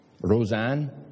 Roseanne